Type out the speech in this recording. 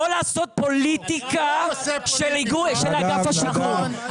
לא לעשות פוליטיקה של אגף השיקום.